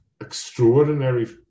extraordinary